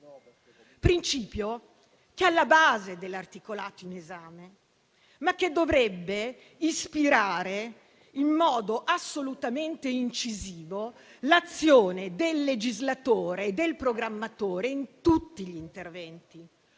principio che è alla base dell'articolato in esame, ma che dovrebbe ispirare in modo assolutamente incisivo l'azione del legislatore e del programmatore in tutti gli interventi,